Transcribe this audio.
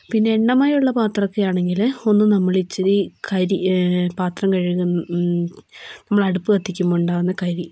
പിന്നെ എണ്ണമയം ഉള്ള പാത്രമൊക്കെ ആണെങ്കിൽ ഒന്ന് നമ്മളിച്ചിരി കരി പാത്രം കഴുകും നമ്മളടുപ്പ് കത്തിക്കുമ്പോൾ ഉണ്ടാകുന്ന കരി